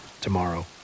tomorrow